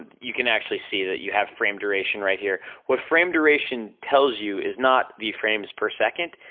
you can actually see that you have frame duration right here. what frame duration tells you is not the frames per seconds,